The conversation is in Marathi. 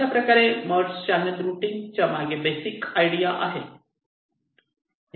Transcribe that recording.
अशाप्रकारे मर्ज चॅनल रुटींग च्या मागे बेसिक आयडिया आहे